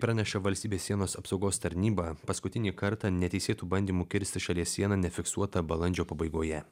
pranešė valstybės sienos apsaugos tarnyba paskutinį kartą neteisėtų bandymų kirsti šalies sieną nefiksuota balandžio pabaigoje